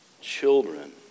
children